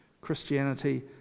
Christianity